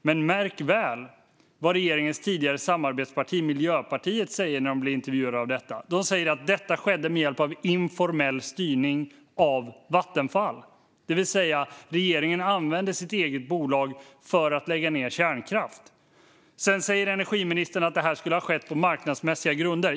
Men märk väl vad regeringens tidigare samarbetsparti Miljöpartiet säger när de blir intervjuade om detta. De säger att detta skedde med hjälp av informell styrning av Vattenfall, det vill säga att regeringen använde sitt eget bolag för att lägga ned kärnkraft. Sedan säger energiministern att detta skulle ha skett på marknadsmässiga grunder.